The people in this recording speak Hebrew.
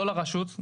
לא לרשות,